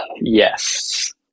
Yes